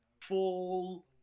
fall